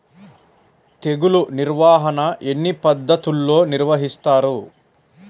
తెగులు నిర్వాహణ ఎన్ని పద్ధతుల్లో నిర్వహిస్తారు?